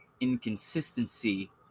inconsistency